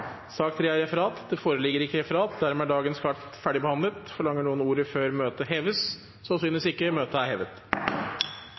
Det foreligger ikke noe referat. Dermed er dagens kart ferdigbehandlet Forlanger noen ordet før møtet heves? – Så